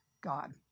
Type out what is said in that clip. God